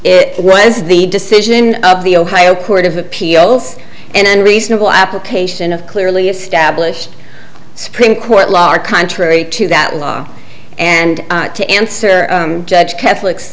it was the decision of the ohio court of appeals and reasonable application of clearly established supreme court lar contrary to that law and to answer judge catholic